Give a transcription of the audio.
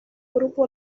grupo